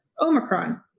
Omicron